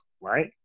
right